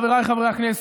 חבריי חברי הכנסת,